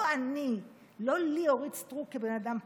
לא אני, לא לי, אורית סטרוק, כבן אדם פרטי,